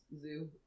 zoo